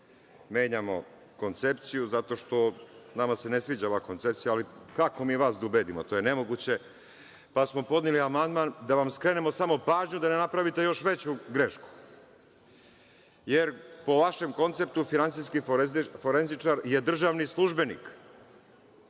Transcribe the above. menjamo koncepciju zato što se nama ne sviđa ova koncepcija, ali kako mi vas da ubedimo, to je nemoguće, pa smo podneli amandman da vam skrenemo samo pažnju da ne nepravite još veću grešku. Po vašem konceptu finansijski forenzičar je državni službenik. Mi